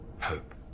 Hope